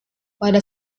pada